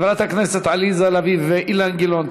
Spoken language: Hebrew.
חברת הכנסת עליזה לביא ואילן גילאון,